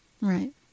right